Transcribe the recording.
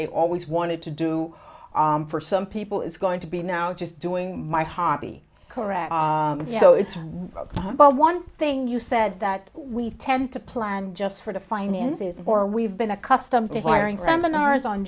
they always wanted to do for some people is going to be now just doing my hobby karrar you know it's one thing you said that we tend to plan just for the finances or we've been accustomed to hiring